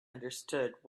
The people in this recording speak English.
understood